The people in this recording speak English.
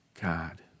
God